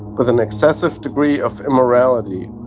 with an excessive degree of immorality,